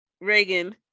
reagan